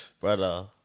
Brother